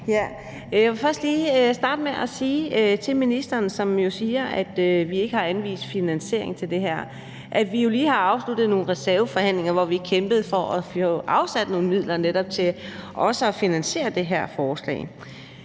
Jeg vil lige starte med at sige til ministeren, som jo siger, at vi ikke har anvist finansiering til det her, at vi jo lige har afsluttet nogle reserveforhandlinger, hvor vi kæmpede for at få afsat nogle midler netop til også at finansiere det her forslag.